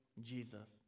Jesus